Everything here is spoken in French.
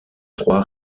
trois